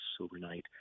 overnight